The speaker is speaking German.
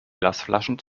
glasflaschen